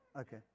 Okay